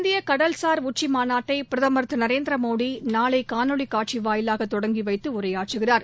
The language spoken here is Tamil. இந்தியகடல்சார் உச்சிமாநாட்டைபிரதமர் திருநரேந்திரமோடிநாளைகாணொலிகாட்சிவாயிலாகதொடங்கிவைத்துஉரையாற்றுகிறார்